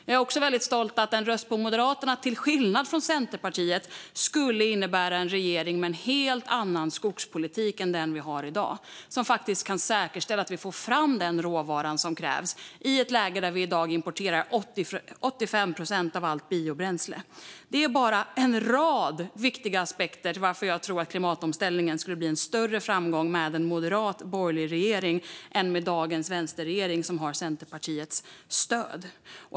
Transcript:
Jag är även väldigt stolt över att en röst på Moderaterna till skillnad från Centerpartiet skulle innebära en regering med en skogspolitik som är en helt annan än den vi har i dag och som faktiskt kan säkerställa att vi får fram den råvara som krävs i dagens läge, där vi importerar 85 procent av allt biobränsle. Det är bara en rad viktiga aspekter på varför jag tror att klimatomställningen skulle bli en större framgång med en moderat borgerlig regering än med dagens vänsterregering, som har Centerpartiets stöd.